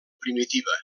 primitiva